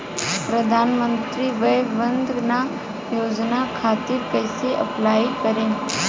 प्रधानमंत्री वय वन्द ना योजना खातिर कइसे अप्लाई करेम?